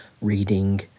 reading